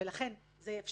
לכן, זה יהיה אפשרי,